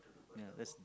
ya that's